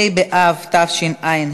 ה' באב תשע"ה,